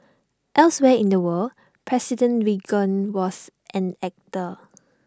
elsewhere in the world president Reagan was an actor